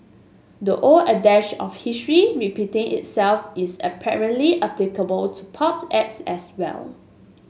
the old adage of history repeating itself is apparently applicable to pop acts as well